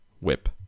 Whip